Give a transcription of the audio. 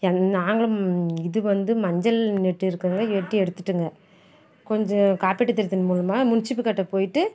என் நாங்களும் இது வந்து மஞ்சள் நட்டு இருக்கோங்க வெட்டி எடுத்துவிட்டோங்க கொஞ்சம் காப்பீட்டுத் திட்டத்தின் மூலமாக முன்ஸிபக்கிட்டே போய்விட்டு